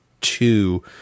two